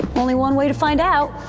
only one way to find out.